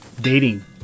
dating